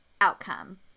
outcome